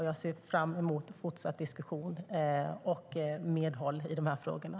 Jag ser fram emot fortsatt diskussion och medhåll i de här frågorna.